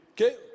Okay